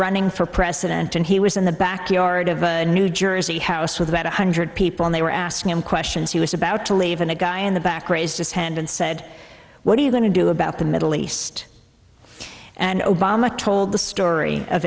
running for president and he was in the backyard of new jersey house with about one hundred people and they were asking him questions he was about to leave and a guy in the back raised his hand and said what are you going to do about the middle east and obama told the story of